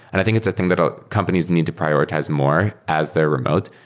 and i think it's a thing that ah companies need to prioritize more as they're remote,